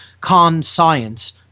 con-science